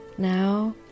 Now